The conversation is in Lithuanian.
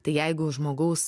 tai jeigu žmogaus